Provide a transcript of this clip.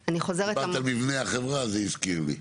דיברת על מבנה החברה, זה הזכיר לי.